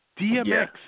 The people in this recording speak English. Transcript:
DMX